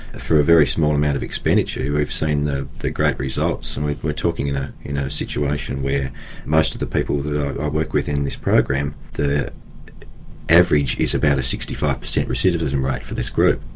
for a very small amount of expenditure, we've seen the the great results, and we're talking in a you know situation where most of the people who i work with in this program, the average is about a sixty five percent recidivism rate for this group,